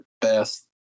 best